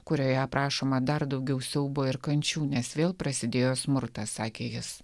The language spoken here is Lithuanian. kurioje aprašoma dar daugiau siaubo ir kančių nes vėl prasidėjo smurtas sakė jis